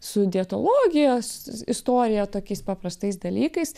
su dietologijos istorija tokiais paprastais dalykais